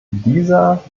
dieser